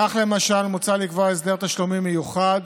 כך למשל, מוצע לקבוע הסדר תשלומים מיוחד,